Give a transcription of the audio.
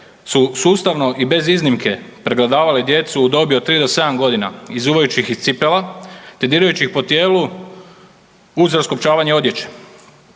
su sustavno i bez iznimke pregledavali djecu u dobi od 3 do 7 godina izuvajući iz cipela te dirajući ih po tijelu uz raskopčavanje odjeće.